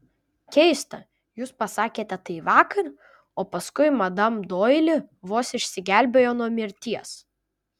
keista jūs pasakėte tai vakar o paskui madam doili vos išsigelbėjo nuo mirties